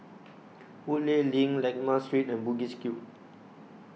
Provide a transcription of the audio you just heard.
Woodleigh LINK Lakme Street and Bugis Cube